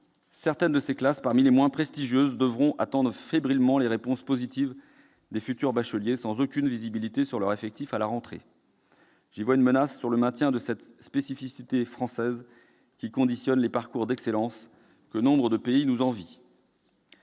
certaines de ces classes, parmi les moins prestigieuses, devront attendre fébrilement les réponses positives des futurs bacheliers, sans aucune visibilité sur leurs effectifs à la rentrée. J'y vois une menace sur le maintien de cette spécificité française, qui conditionne les parcours d'excellence que nombre de pays nous envient.